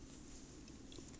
mm